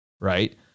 right